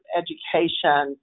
education